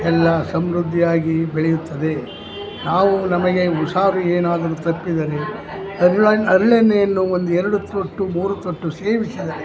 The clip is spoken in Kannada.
ಎಲ್ಲ ಸಮೃದ್ಧಿಯಾಗಿ ಬೆಳೆಯುತ್ತದೆ ನಾವು ನಮಗೆ ಹುಷಾರು ಏನಾದರೂ ತಪ್ಪಿದ್ದರೆ ಅರಳ ಹರಳಣ್ಣೆಯನ್ನು ಒಂದು ಎರಡು ತೊಟ್ಟು ಮೂರು ತೊಟ್ಟು ಸೇವಿಸಿದರೆ